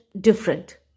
different